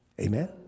Amen